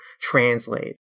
translate